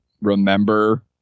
remember